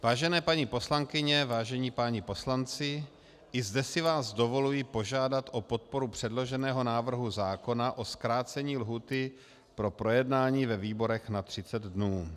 Vážené paní poslankyně, vážení páni poslanci, i zde si vás dovoluji požádat o podporu předloženého návrhu zákona o zkrácení lhůty pro projednání ve výborech na 30 dnů.